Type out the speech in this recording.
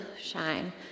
shine